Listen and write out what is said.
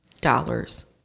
Dollars